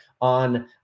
on